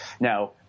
Now